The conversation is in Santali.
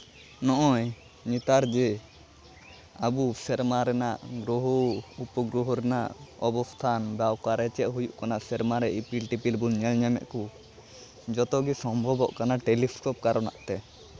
ᱱᱚᱜᱼᱚᱭ ᱱᱮᱛᱟᱨ ᱡᱮ ᱟᱵᱚ ᱥᱮᱨᱢᱟ ᱨᱮᱱᱟᱜ ᱜᱨᱚᱦᱚ ᱩᱯᱚᱜᱨᱚᱦᱚ ᱨᱮᱱᱟᱜ ᱚᱵᱚᱥᱛᱷᱟᱱ ᱵᱟ ᱚᱠᱟᱨᱮ ᱪᱮᱫ ᱦᱩᱭᱩᱜ ᱠᱟᱱᱟ ᱥᱮᱨᱢᱟ ᱨᱮ ᱤᱯᱤᱞ ᱴᱤᱯᱤᱞ ᱵᱚᱱ ᱧᱮᱞ ᱧᱟᱢᱮᱫ ᱠᱚ ᱡᱚᱛᱚᱜᱮ ᱥᱚᱢᱵᱷᱚᱵᱚᱜ ᱠᱟᱱᱟ ᱴᱮᱞᱤᱥᱠᱳᱯ ᱠᱟᱨᱚᱱᱟᱜ ᱛᱮ